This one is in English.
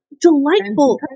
Delightful